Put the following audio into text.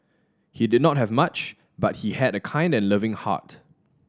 he did not have much but he had a kind and loving heart